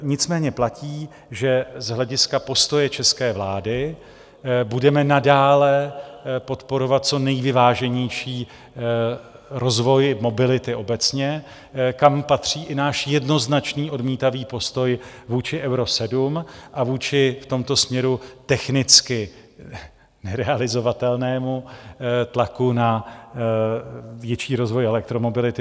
Nicméně platí, že z hlediska postoje české vlády budeme nadále podporovat co nejvyváženější rozvoj mobility obecně, kam patří i náš jednoznačný odmítavý postoj vůči Euro 7 a vůči v tomto směru technicky nerealizovatelnému tlaku na větší rozvoj elektromobility.